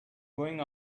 going